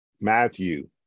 Matthew